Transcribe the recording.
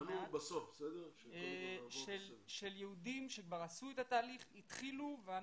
פניות של יהודים שכבר עשו את התהליך, התחילו אותו.